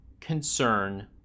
concern